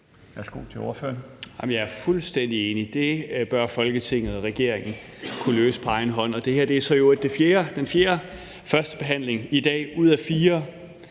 17:25 Peter Kofod (DF): Jeg er fuldstændig enig. Det bør Folketinget og regeringen kunne løse på egen hånd. Det her er så i øvrigt den fjerde første behandling i dag ud af fire,